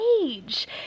age